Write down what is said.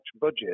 budget